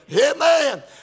Amen